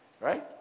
Right